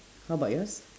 how about yours